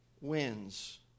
wins